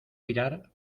virar